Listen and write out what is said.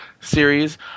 series